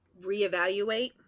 reevaluate